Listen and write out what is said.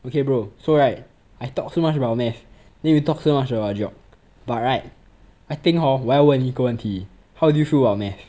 okay bro so right I talk so much about math then you talk so much about geog but right I think hor 我要问你一个问题 how do you feel about math